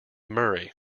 murray